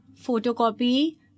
Photocopy